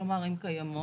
כלומר הן קיימות.